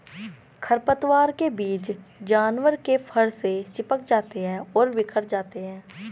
खरपतवार के बीज जानवर के फर से चिपक जाते हैं और बिखर जाते हैं